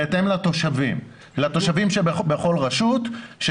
בהתאם למספר התושבים בכל רשות.